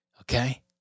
Okay